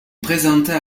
présenta